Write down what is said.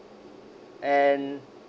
and